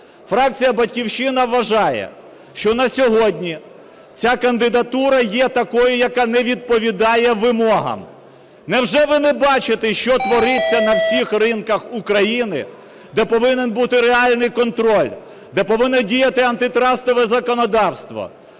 Фракція "Батьківщина" вважає, що на сьогодні ця кандидатура є такою, яка не відповідає вимогам. Невже ви не бачите, що твориться на всіх ринках України, де повинен бути реальний контроль, де повинно діяти антитрастове законодавство?